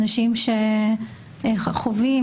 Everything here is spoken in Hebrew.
אנשים שחווים,